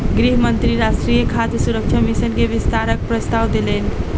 गृह मंत्री राष्ट्रीय खाद्य सुरक्षा मिशन के विस्तारक प्रस्ताव देलैन